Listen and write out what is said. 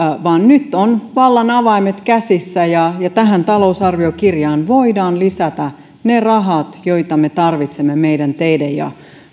nyt ovat vallan avaimet käsissä ja tähän talousarviokirjaan voidaan lisätä ne rahat joita me tarvitsemme meidän teiden ja